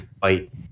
fight